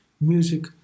music